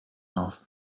auf